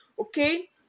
Okay